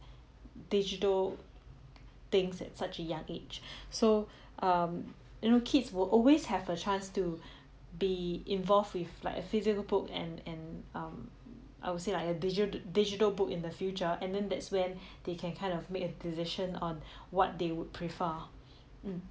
digital things at such a young age so um you know kids will always have a chance to be involved with like a physical book and and um I would say like a digital digital book in the future and then that's when they can kind of make a decision on what they would prefer mm